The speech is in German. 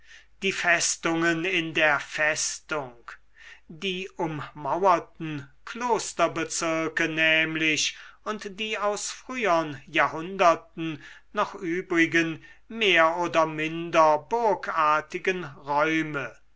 die festungen in der festung die ummauerten klosterbezirke nämlich und die aus frühern jahrhunderten noch übrigen mehr oder minder burgartigen räume